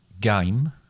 game